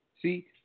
See